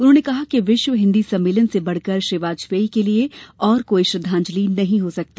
उन्होंने कहा कि विश्व हिन्दी सम्मेलन से बढकर श्री वाजपेयी के लिये और कोई श्रद्धांजलि नहीं हो सकती